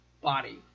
body